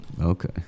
Okay